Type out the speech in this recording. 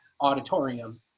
auditorium